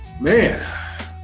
man